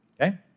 Okay